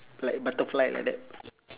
like butterfly like that